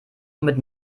mit